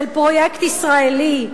של פרויקט ישראלי,